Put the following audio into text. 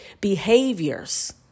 behaviors